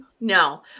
no